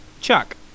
Chuck